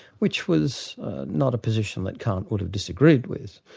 which was not a position that kant would have disagreed with.